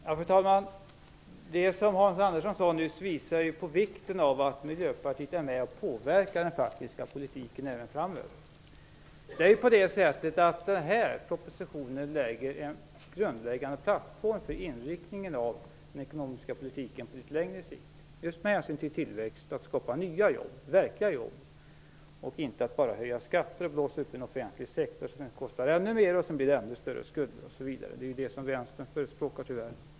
Fru talman! Det som Hans Andersson sade nyss visar ju på vikten av att Miljöpartiet är med och påverkar den faktiska politiken även framöver. Den här propositionen utgör en grundläggande plattform för inriktningen av den ekonomiska politiken på litet längre sikt, just med hänsyn till tillväxt och möjlighet att skapa nya verkliga jobb, och inte bara att höja skatter och blåsa upp den offentliga sektorn så att den kostar ännu mer och det blir ännu större skulder. Det är ju det som vänstern tyvärr förespråkar.